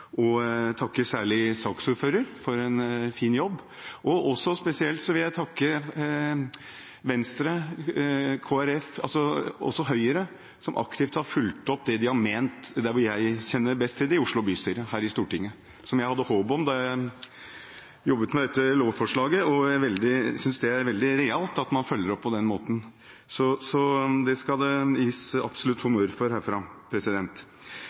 Høyre, som aktivt har fulgt opp her i Stortinget det de har ment der hvor jeg kjenner best til dem, i Oslo bystyre, som jeg hadde håp om da jeg jobbet med dette lovforslaget, og jeg synes det er veldig realt at man følger opp på den måten. Så det skal de absolutt få honnør for herfra.